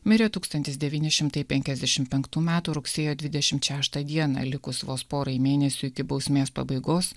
mirė tūkstantis devyni šimtai penkiasdešim penktų metų rugsėjo dvidešimt šeštą dieną likus vos porai mėnesių iki bausmės pabaigos